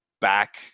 back